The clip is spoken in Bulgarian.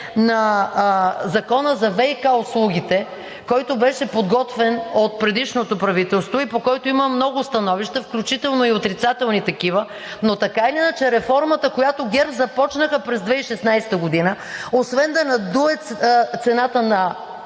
на Закона за ВиК услугите, който беше подготвен от предишното правителство и по който има много становища, включително и отрицателни такива, но така или иначе реформата, която ГЕРБ започнаха през 2016 г., освен да надуе цената на